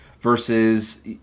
versus